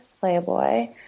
playboy